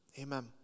Amen